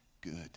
good